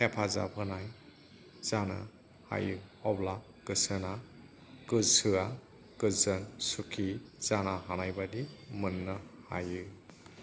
हेफाजाब होनाय जानो हायो अब्ला गोसोआ गोजोन सुखि जानो हानाय बादि मोन्नो हायो